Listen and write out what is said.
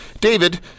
David